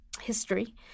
history